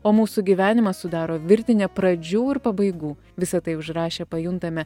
o mūsų gyvenimą sudaro virtinė pradžių ir pabaigų visa tai užrašę pajuntame